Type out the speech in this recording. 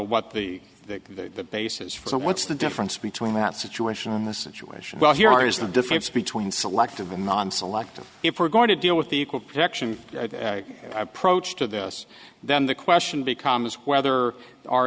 the the the basis for what's the difference between that situation and the situation well here is the difference between selective amaan selective if we're going to deal with the equal protection approach to this then the question becomes whether our